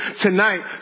tonight